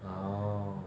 oh